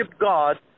God